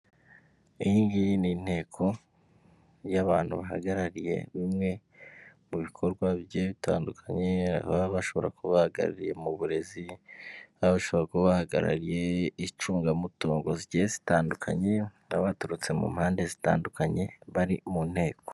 Iyi ngiyi n'Inteko y'abantu bahagarariye bimwe mu bikorwa bitandukanye, ababa bashobora kuba bahagarariye mu burezi abashobora kuba bahagarariye icungamutungo zitandukanye, abaturutse mu mpande zitandukanye bari mu nteko.